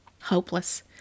hopeless